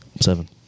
Seven